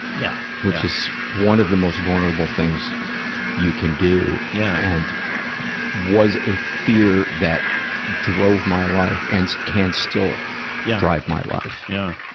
yeah. which is one of the most vulnerable things you can do, yeah and was a fear that drove my life and can still yeah drive my life. yeah